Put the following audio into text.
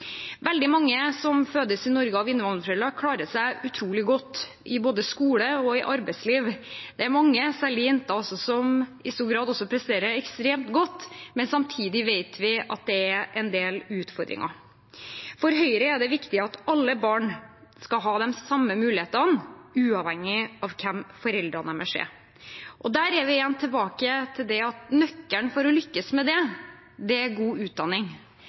Veldig mange som fødes i Norge av innvandrerforeldre, klarer seg utrolig godt i både skole og arbeidsliv. Det er mange, særlig jenter, som i stor grad presterer ekstremt godt, men samtidig vet vi at det er en del utfordringer. For Høyre er det viktig at alle barn skal ha de samme mulighetene, uavhengig av hvem foreldrene deres er. Der er vi igjen tilbake til at nøkkelen til å lykkes med det er god utdanning,